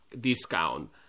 discount